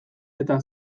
eta